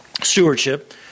stewardship